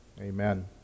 amen